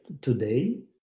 today